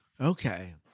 Okay